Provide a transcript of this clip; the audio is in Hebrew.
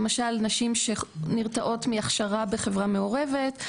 למשל נשים שנרתעות מהכשרה בחברה מעורבת,